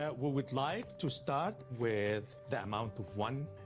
ah, we would like to start with the amount of one,